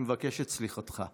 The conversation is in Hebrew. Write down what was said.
אני מבקש את סליחתך.